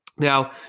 Now